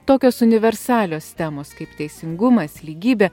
tokios universalios temos kaip teisingumas lygybė